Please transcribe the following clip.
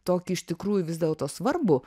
tokį iš tikrųjų vis dėlto svarbų